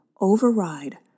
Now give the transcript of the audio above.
override